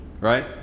right